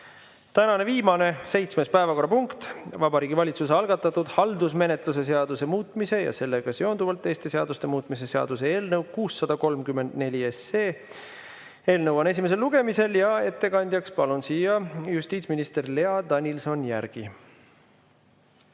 Tänane viimane, seitsmes päevakorrapunkt on Vabariigi Valitsuse algatatud haldusmenetluse seaduse muutmise ja sellega seonduvalt teiste seaduste muutmise seaduse eelnõu 634. See eelnõu on esimesel lugemisel ja ettekandjaks palun siia justiitsminister Lea Danilson-Järgi.